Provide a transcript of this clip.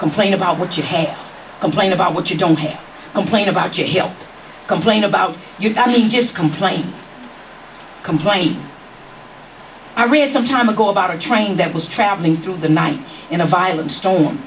complain about what you hate complain about what you don't hate complain about your health complain about your family just complain complain i read some time ago about a train that was traveling through the night in a violent sto